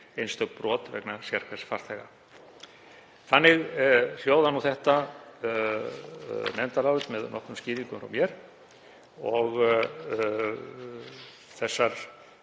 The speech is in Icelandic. einstök brot vegna sérhvers farþega. Þannig hljóðar þetta nefndarálit með nokkrum skýringum frá mér. Þessar